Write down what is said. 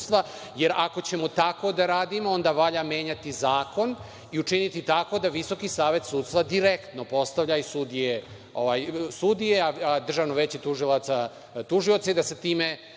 jer ako ćemo tako da radimo onda valja menjati zakon i učiniti tako da Visoki savet sudstva direktno postavlja sudije, a Državno veće tužilaca tužioce i da se time